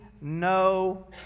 no